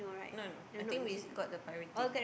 no no I think we got the priority